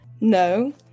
No